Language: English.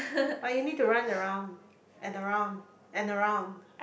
but you need to run around and around and around